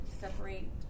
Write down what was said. separate